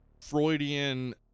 Freudian